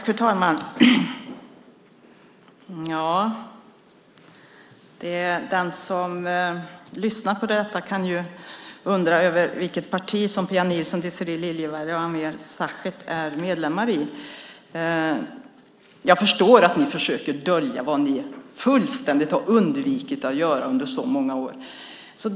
Fru talman! Den som lyssnar på detta kan undra över vilket parti som Pia Nilsson, Désirée Liljevall och Ameer Sachet är medlemmar i. Jag förstår att ni försöker dölja vad ni fullständigt har undvikit att göra under så många år.